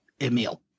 emil